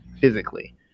physically